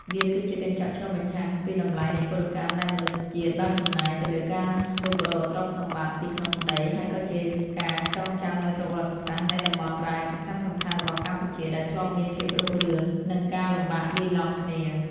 វាគឺជាកញ្ចក់ឆ្លុះបញ្ចាំងពីតម្លៃនៃពលកម្មដែលមនុស្សជាតិបានចំណាយទៅលើការរុករកទ្រព្យសម្បត្តិពីក្នុងដី ហើយក៏ជាការចងចាំនូវប្រវត្តិសាស្ត្រនៃតំបន់រ៉ែសំខាន់ៗរបស់កម្ពុជាដែលធ្លាប់មានភាពរុងរឿង និងការលំបាកលាយឡំគ្នា។